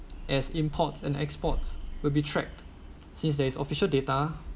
as imports and exports will be tracked since there is official data